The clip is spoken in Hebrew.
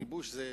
כיבוש זה